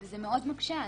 זה מאוד מקשה.